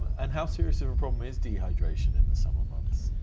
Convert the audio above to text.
and how serious of a problem is dehydration in the summer months?